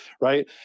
right